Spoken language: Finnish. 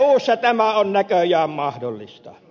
eussa tämä on näköjään mahdollista